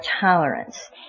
tolerance